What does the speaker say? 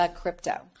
crypto